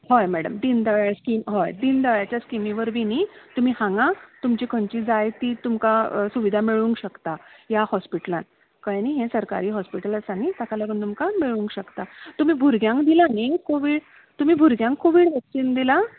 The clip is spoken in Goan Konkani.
हय मॅडम दिनदयाळ स्की हय दिनदयाळाच्या स्किमी वरवीं न्ही तुमी हांगा तुमची खंयची जाय ती तुमकां सुविदा मेळूंक शकता ह्या हॉस्पिटलान कळ्ळें न्ही हें सरकारी हॉस्पिटल आसा न्ही ताका लागून तुमकां मेळूंक शकता तुमी भुरग्यांक दिलां न्ही कोवीड तुमी भुरग्यांक कोवीड वॅक्सीन दिलां